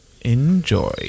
enjoy